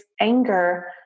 anger